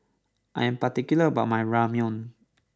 I am particular about my Ramyeon